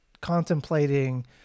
contemplating